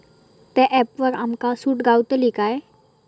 त्या ऍपवर आमका सूट गावतली काय?